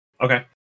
Okay